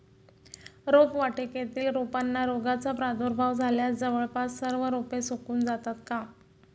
रोपवाटिकेतील रोपांना रोगाचा प्रादुर्भाव झाल्यास जवळपास सर्व रोपे सुकून जातात का?